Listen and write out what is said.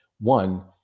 one